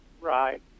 Right